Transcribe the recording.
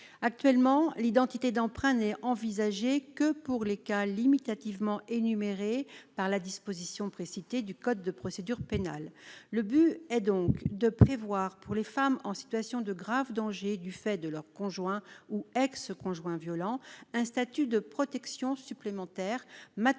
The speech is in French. Actuellement, l'identité d'emprunt n'est envisagée que pour les cas limitativement énumérés par la disposition précitée du code de procédure pénale. Notre objectif est donc de prévoir, pour les femmes en situation de grave danger du fait de leur conjoint ou ex- conjoint violent, un statut de protection supplémentaire, matérialisé